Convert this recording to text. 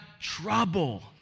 trouble